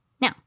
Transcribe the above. Now